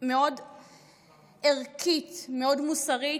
מאוד ערכית ומוסרית.